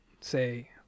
say